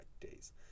days